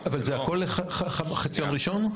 אבל זה הכול בחציון הראשון?